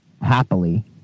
happily